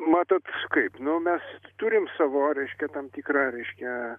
matot kaip nu mes turim savo reiškia tam tikrą reiškia